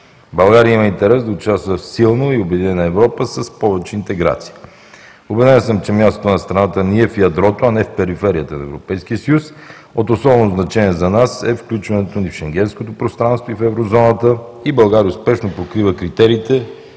България има интерес да участва в силна и обединена Европа с повече интеграция. Убеден съм, че мястото на страната ни е в ядрото, а не в периферията на Европейския съюз. От особено значение за нас е включването ни в Шенгенското пространство и в Еврозоната, и България успешно покрива критериите,